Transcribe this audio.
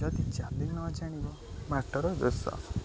ଯଦି ଚାଲିି ନ ଜାଣିବ ବାଟର ଦୋଷ